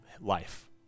life